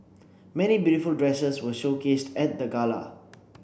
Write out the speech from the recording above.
many beautiful dresses were showcased at the gala